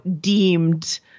deemed –